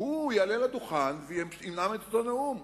הוא יעלה לדוכן וינאם את אותו נאום.